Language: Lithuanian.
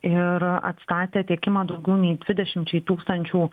ir atstatė tiekimą daugiau nei dvidešimčiai tūkstančių